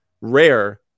rare